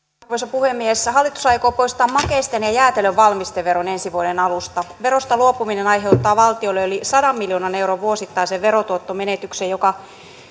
puhemies hallitus aikoo poistaa makeisten ja jäätelön valmisteveron ensi vuoden alusta verosta luopuminen aiheuttaa valtiolle yli sadan miljoonan euron vuosittaisen verotuottomenetyksen joka